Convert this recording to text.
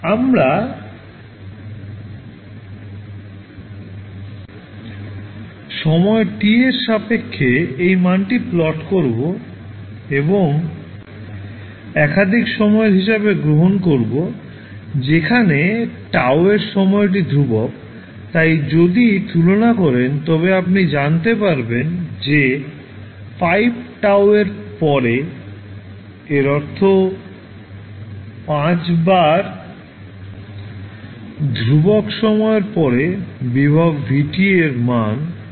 আমরা সময় t এর সাপেক্ষে এই মানটি প্লট করব এবং একাধিক সময়ের হিসাবে গ্রহণ করবো যেখানে τ এর সময়টি ধ্রুবক তাই যদি তুলনা করেন তবে আপনি জানতে পারবেন যে 5 τ এর পরে এর অর্থ 5 গুণ ধ্রুবক সময়ের পরে ভোল্টেজ v এর মান 1 শতাংশ কম হয়